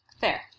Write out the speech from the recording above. Fair